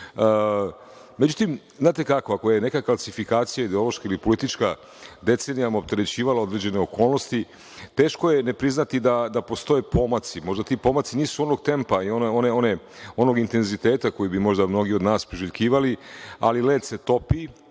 znate kako, ako je nekakva klasifikacija ideološka ili politička decenijama opterećivala određene okolnosti, teško je ne priznati da ne postoje pomaci. Možda ti pomaci nisu onog tempa i onog intenziteta koji bi možda mnogi od nas priželjkivali, ali led se topi,